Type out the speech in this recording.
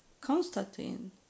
constantine